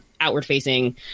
outward-facing